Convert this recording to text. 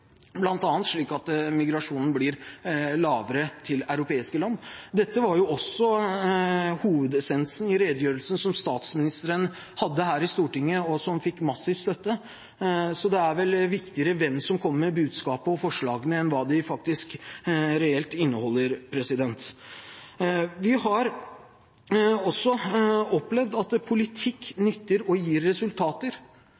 slik at migrasjonen blir lavere til europeiske land. Dette var også hovedessensen i redegjørelsen som statsministeren hadde her i Stortinget, og som fikk massiv støtte. Så det er vel viktigere hvem som kommer med budskapet og forslagene, enn hva de faktisk reelt inneholder. Vi har også opplevd at politikk nytter og gir resultater.